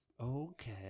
Okay